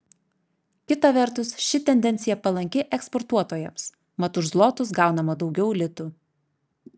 kita vertus ši tendencija palanki eksportuotojams mat už zlotus gaunama daugiau litų